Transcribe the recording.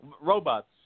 Robots